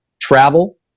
travel